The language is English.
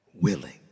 willing